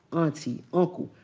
auntie, uncle,